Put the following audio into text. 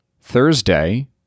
Thursday